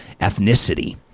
ethnicity